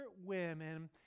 women